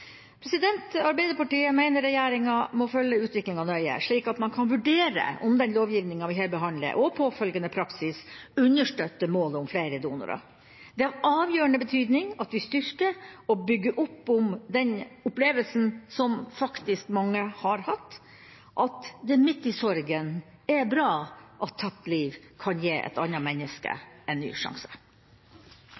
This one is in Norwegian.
Arbeiderpartiet mener regjeringa må følge utviklinga nøye, slik at man kan vurdere om den lovgivninga vi her behandler, og påfølgende praksis, understøtter målet om flere donorer. Det er av avgjørende betydning at vi styrker og bygger opp om den opplevelsen som mange har hatt, at det midt i sorgen er bra at tapt liv kan gi et annet menneske en ny sjanse.